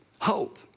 hope